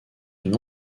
une